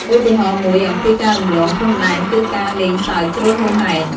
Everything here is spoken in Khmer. ឧទាហរណ៍មួយអំពីការរំលងព្រំដែនគឺជាការលេងសើចជ្រុលហួសហេតុ។